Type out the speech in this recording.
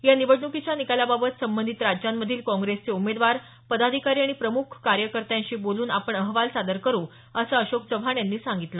या निवडणुकीच्या निकालाबाबत संबंधित राज्यांमधील काँग्रेसचे उमेदवार पदाधिकारी आणि प्रमुख कार्यकर्त्यांशी बोलून आपण अहवाल सादर करू असं अशोक चव्हाण यांनी सांगितलं